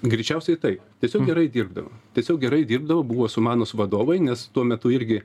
greičiausiai taip tiesiog gerai dirbdavo tiesiog gerai dirbdavo buvo sumanūs vadovai nes tuo metu irgi